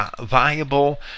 viable